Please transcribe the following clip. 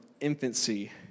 infancy